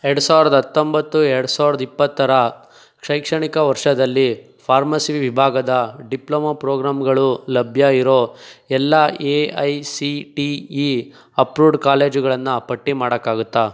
ಎರಡು ಸಾವ್ರ್ದ ಹತ್ತೊಂಬತ್ತು ಎರಡು ಸಾವ್ರ್ದ ಇಪ್ಪತ್ತರ ಶೈಕ್ಷಣಿಕ ವರ್ಷದಲ್ಲಿ ಫಾರ್ಮಸಿ ವಿಭಾಗದ ಡಿಪ್ಲಮೋ ಪ್ರೋಗ್ರಾಂಗಳು ಲಭ್ಯ ಇರೋ ಎಲ್ಲ A I C T E approved ಕಾಲೇಜುಗಳನ್ನು ಪಟ್ಟಿ ಮಾಡೋಕ್ಕಾಗುತ್ತಾ